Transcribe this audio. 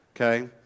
okay